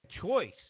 choice